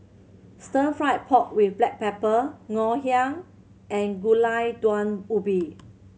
Stir Fried Pork With Black Pepper Ngoh Hiang and Gulai Daun Ubi